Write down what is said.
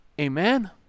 Amen